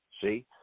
See